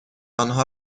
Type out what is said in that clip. آنها